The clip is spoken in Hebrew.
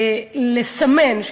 לסמן,